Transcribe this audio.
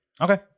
Okay